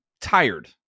tired